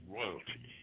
royalty